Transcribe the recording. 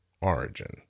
Origin